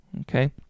Okay